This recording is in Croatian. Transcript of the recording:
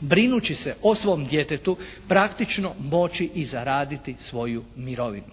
brinući se o svom djetetu praktično moći i zaraditi svoju mirovinu.